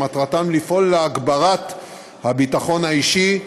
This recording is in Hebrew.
שמטרתן לפעול להגברת הביטחון האישי,